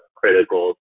critical